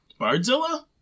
Bardzilla